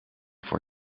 voor